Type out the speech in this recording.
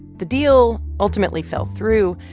the deal ultimately fell through.